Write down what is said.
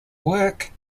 work